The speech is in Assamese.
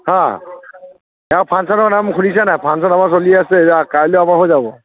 হাঁ এইয়া ফাংচনৰ নাম শুনিছা নাই ফাংচন আমাৰ চলি আছে এইয়া কাইলৈ আমাৰ হৈ যাব